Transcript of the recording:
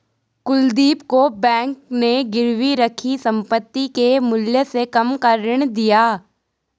कुलदीप को बैंक ने गिरवी रखी संपत्ति के मूल्य से कम का ऋण दिया